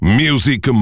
music